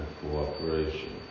cooperation